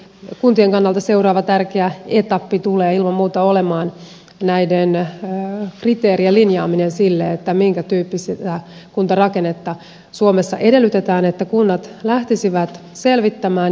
kuntien kannalta seuraava tärkeä etappi tulee ilman muuta olemaan näiden kriteerien linjaaminen sille minkä tyyppistä kuntarakennetta suomessa edellytetään että kunnat lähtisivät selvittämään